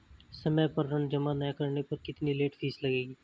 समय पर ऋण जमा न करने पर कितनी लेट फीस लगेगी?